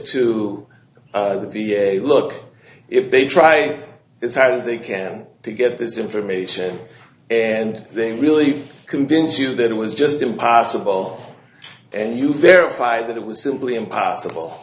to the v a look if they try as hard as they can to get this information and they really convince you that it was just impossible and you verify that it was simply impossible